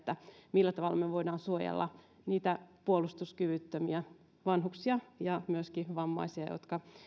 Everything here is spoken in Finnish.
millä tavalla me voimme suojella niitä puolustuskyvyttömiä vanhuksia ja myöskin vammaisia jotka